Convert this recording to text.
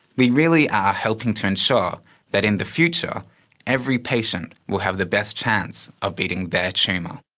we really are helping to ensure that in the future every patient will have the best chance of beating their tumour.